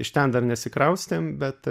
iš ten dar nesikraustėm bet